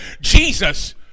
Jesus